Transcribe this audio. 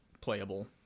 playable